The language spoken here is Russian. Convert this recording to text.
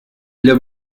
для